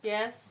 Yes